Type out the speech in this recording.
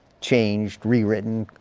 changed, rewritten.